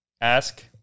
Ask